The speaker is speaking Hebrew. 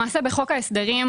למעשה בחוק ההסדרים,